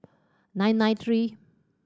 nine nine three